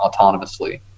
autonomously